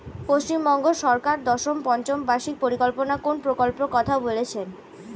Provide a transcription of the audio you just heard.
পশ্চিমবঙ্গ সরকার দশম পঞ্চ বার্ষিক পরিকল্পনা কোন প্রকল্প কথা বলেছেন?